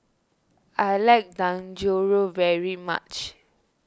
I like Dangojiru very much